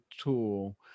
tool